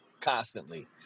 constantly